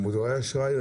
הקרן למודרי אשראי היא